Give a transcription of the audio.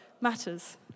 matters